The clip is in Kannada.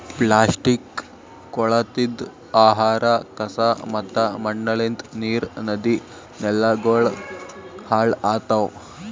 ಪ್ಲಾಸ್ಟಿಕ್, ಕೊಳತಿದ್ ಆಹಾರ, ಕಸಾ ಮತ್ತ ಮಣ್ಣಲಿಂತ್ ನೀರ್, ನದಿ, ನೆಲಗೊಳ್ ಹಾಳ್ ಆತವ್